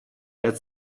der